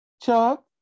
Chuck